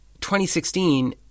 2016